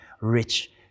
rich